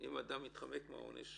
אם אדם התחמק מהעונש